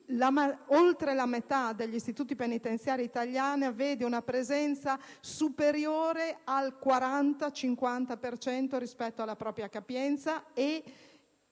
oltre la metà degli istituti penitenziari italiani vede una presenza superiore del 40-50 per cento rispetto alla propria capienza, e